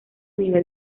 nivel